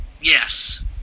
yes